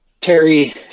Terry